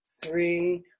three